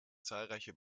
zahlreiche